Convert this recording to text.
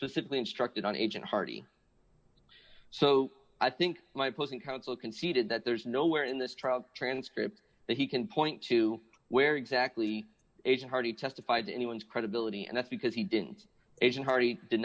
specifically instructed on agent hardy so i think my posing counsel conceded that there's nowhere in this trial transcript that he can point to where exactly is hardy testified to anyone's credibility and that's because he didn't asian harty did